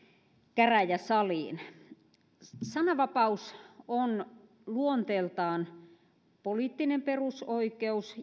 käräjäsaliin sananvapaus on luonteeltaan poliittinen perusoikeus